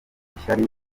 ishyari